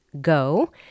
go